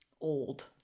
old